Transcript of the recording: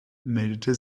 meldete